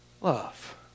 love